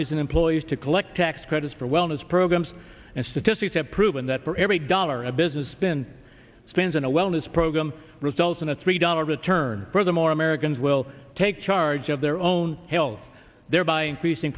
and employees to collect tax credits for wellness programs and statistics have proven that for every dollar a business spin spends on a wellness program results in a three dollar return for the more americans will take charge of their own health thereby increasing